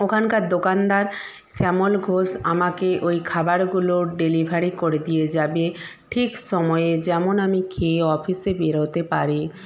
ওখানকার দোকানদার শ্যামল ঘোষ আমাকে ওই খাবারগুলো ডেলিভারি করে দিয়ে যাবে ঠিক সময় যেমন আমি খেয়ে অফিসে বেরোতে পারি